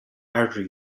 artery